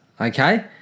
okay